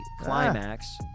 climax